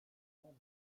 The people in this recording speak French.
mandat